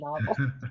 novel